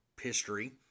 history